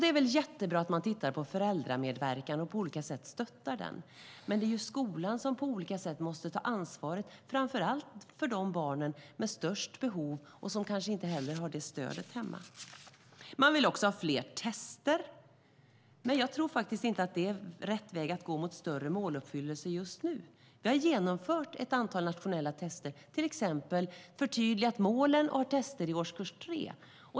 Det är väl jättebra att titta på föräldramedverkan och på olika sätt stöttar den, men det är ju skolan som på olika sätt måste ta ansvar framför allt för de barn som har störst behov och som kanske inte heller har det stödet hemma. Man vill också ha fler tester, men jag tror inte att det är rätt väg att gå mot större måluppfyllelse just nu. Vi har genomfört ett antal nationella tester, till exempel förtydligat målen, och vi har tester i årskurs tre.